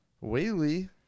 Whaley